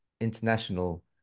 international